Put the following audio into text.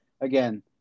again